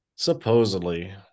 supposedly